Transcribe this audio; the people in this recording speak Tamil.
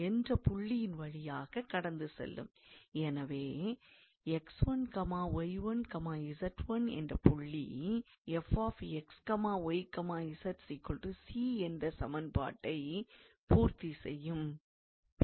எனவே 𝑥1𝑦1𝑧1என்ற புள்ளி 𝑓𝑥𝑦𝑧 𝑐 என்ற சமன்பாட்டைப் பூர்த்தி செய்யும்